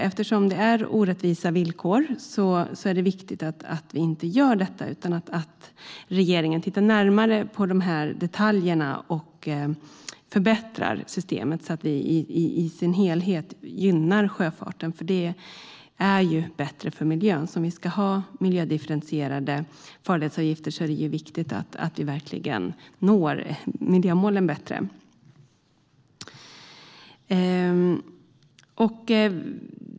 Eftersom det är orättvisa villkor är det viktigt att vi inte gör detta utan att regeringen tittar närmare på de här detaljerna och förbättrar systemet så att vi gynnar sjöfarten i dess helhet. Det är ju bättre för miljön. Ska vi ha miljödifferentierade farledsavgifter är det viktigt att vi bättre når miljömålen.